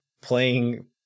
playing